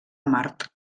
mart